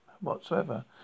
whatsoever